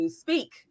speak